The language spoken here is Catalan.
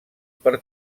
per